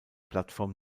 plattform